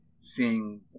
Seeing